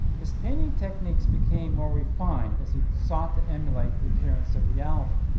his painting techniques became more refined as he sought to emulate the appearance of reality.